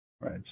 right